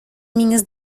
minhas